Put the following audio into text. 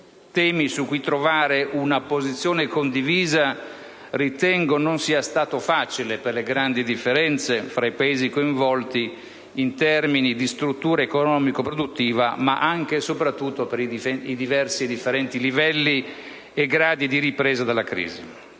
Temi su cui trovare una posizione condivisa: ritengo non sia stato facile per le grandi differenze fra i Paesi coinvolti in termini di struttura economico-produttiva, ma anche e soprattutto per i differenti livelli e gradi di ripresa della crisi.